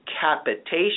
capitation